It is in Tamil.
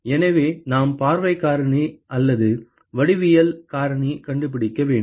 எனவே நாம் பார்வை காரணி அல்லது வடிவியல் காரணி கண்டுபிடிக்க வேண்டும்